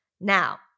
Now